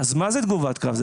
אז מה זה תגובת קרב?